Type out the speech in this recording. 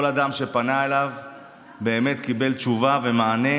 כל אדם שפנה אליו באמת קיבל תשובה ומענה,